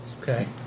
okay